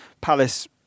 Palace